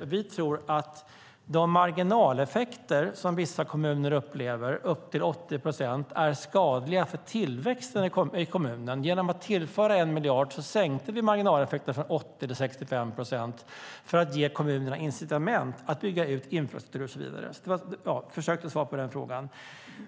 vi tror att de marginaleffekter som vissa kommuner upplever, på upp till 80 procent, är skadliga för tillväxten i kommunerna. Genom att tillföra 1 miljard sänkte vi marginaleffekten från 80 till 65 procent för att ge kommunerna incitament att bygga ut infrastruktur. Det är ett försök till svar på den frågan.